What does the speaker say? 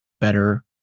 better